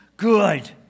good